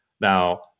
Now